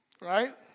right